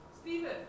Stephen